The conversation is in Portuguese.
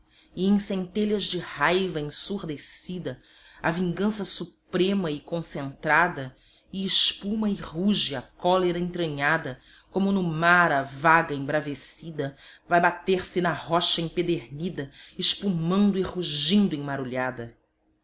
e em centelhas de raiva ensurdecida a vingança suprema e concentrada e espuma e ruge a cólera entranhada como no mar a vaga embravecida vai bater se na rocha empedernida espumando e rugindo em marulhada